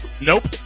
Nope